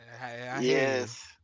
Yes